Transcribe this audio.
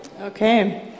Okay